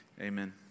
Amen